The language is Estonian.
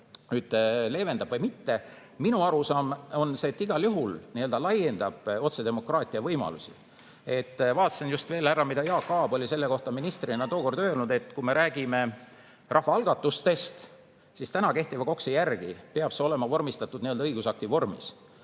see leevendab või mitte. Minu arusaam on see, et igal juhul see laiendab otsedemokraatia võimalusi. Vaatasin veel, mida Jaak Aab oli selle kohta ministrina tookord öelnud. Nimelt, kui me räägime rahvaalgatustest, siis kehtiva KOKS-i järgi peab see olema vormistatud õigusakti vormis.